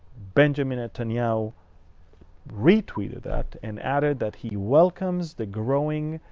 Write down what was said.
benjamin netanyahu retweeted that and added that he welcomes the growing